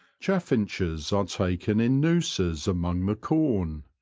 chaffinches are taken in nooses among the corn,